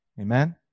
Amen